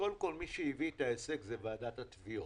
קודם כל, מי שהביא את ההישג, זאת ועדת התביעות.